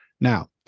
Now